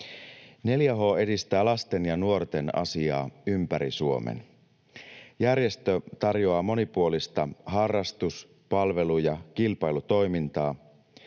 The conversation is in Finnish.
4H edistää lasten ja nuorten asiaa ympäri Suomen. Järjestö tarjoaa monipuolista harrastus-, palvelu- ja kilpailutoimintaa,